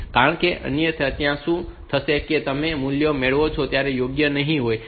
કારણ કે અન્યથા ત્યાં શું થશે કે તમે જે મૂલ્યો મેળવો છો તે યોગ્ય નહીં હોય